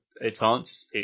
advances